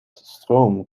stroom